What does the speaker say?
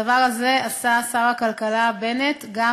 את הדבר הזה עשה שר הכלכלה בנט גם